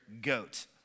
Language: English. goat